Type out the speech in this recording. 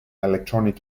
electronic